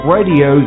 Radio